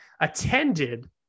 attended